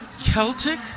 Celtic